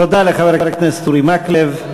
תודה לחבר הכנסת אורי מקלב.